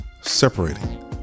separating